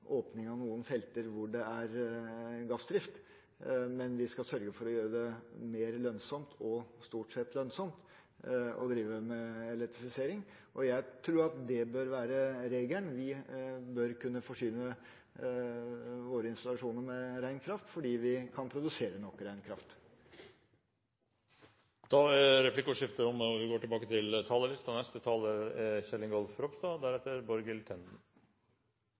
åpning av noen felter hvor det er gassdrift, men vi skal sørge for å gjøre det mer lønnsomt, og stort sett lønnsomt, å drive med elektrifisering. Jeg tror det bør være regelen – vi bør kunne forsyne våre installasjoner med ren kraft fordi vi kan produsere nok ren kraft. Da er replikkordskiftet omme. Som et kristendemokratisk sentrumsparti bygger Kristelig Folkeparti politikken sin på tre viktige prinsipper: menneskeverd, nestekjærlighet og forvalteransvar. Alle tre er viktige prinsipper når vi